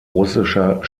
russischer